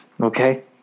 Okay